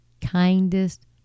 kindest